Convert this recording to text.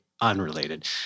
unrelated